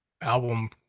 album